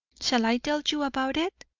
shall i tell you about it?